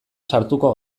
sartuko